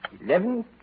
eleven